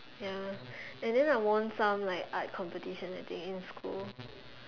ya and then I won some like art competition I think in school